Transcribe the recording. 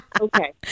Okay